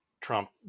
Trump